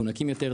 הם מפונקים יותר,